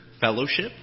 fellowship